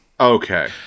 Okay